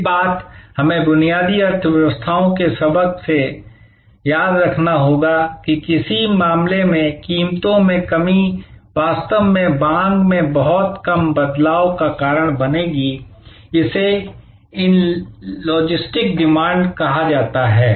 एक बात हमें बुनियादी अर्थव्यवस्थाओं के सबक से याद रखना होगा कि किसी मामले में कीमतों में कमी वास्तव में मांग में बहुत कम बदलाव का कारण बनेगी इसे इनलेस्टिक डिमांड कहा जाता है